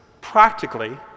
practically